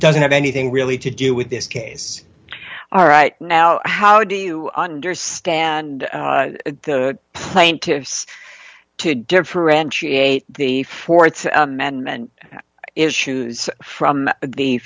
doesn't have anything really to do with this case all right now how do you understand the plaintiffs to differentiate the th amendment issues from